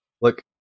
Look